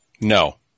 No